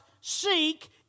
seek